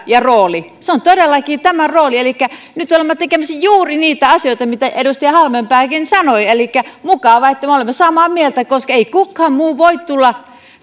ja rooli se on todellakin tämä rooli elikkä nyt olemme tekemässä juuri niitä asioita mitä edustaja halmeenpääkin sanoi mukavaa että me olemme samaa mieltä ei kukaan muu voi tulla